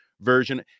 version